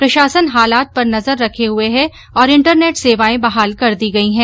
प्रशासन हालात पर नजर रखे हुए है ओर इंटरनेट सेवाएं बहाल कर दी गई है